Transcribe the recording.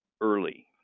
early